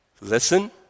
listen